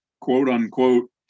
quote-unquote